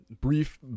Brief